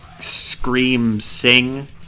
scream-sing